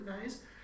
nice